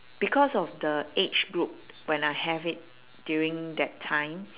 because of the age group when I have it during that time